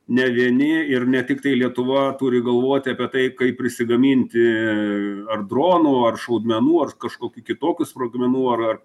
ne vieni ir ne tiktai lietuva turi galvoti apie tai kaip prisigaminti ar dronų ar šaudmenų ar kažkokių kitokių sprogmenų ar ar